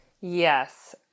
Yes